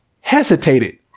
hesitated